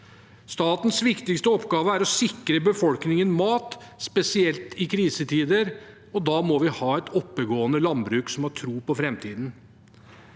Statens viktigste oppgave er å sikre befolkningen mat, spesielt i krisetider, og da må vi ha et oppegående landbruk som har tro på framtiden.